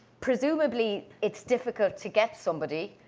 presumably it's difficult to get somebody